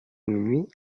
minuit